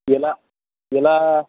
ఇలా ఇలా